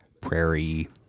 prairie